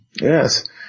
Yes